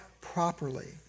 properly